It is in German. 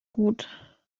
gut